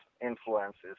influences